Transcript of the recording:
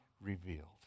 revealed